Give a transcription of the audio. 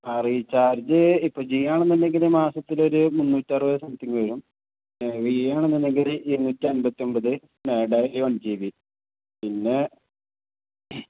ആ റീചാർജ് ഇപ്പം ജിയ ആണെന്ന് ഉണ്ടെങ്കിൽ മാസത്തിലൊരു മുന്നൂറ്റി അറുപത് സംതിങ് വരും വി എ ആണെന്ന് ഉണ്ടെങ്കിൽ ഇരുന്നൂറ്റി അൻപത്തി ഒൻപത് വൺ ജി ബി പിന്നെ